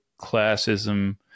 classism